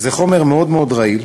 זה חומר מאוד מאוד רעיל,